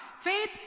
Faith